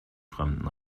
fremden